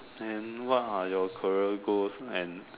then what are your career goals and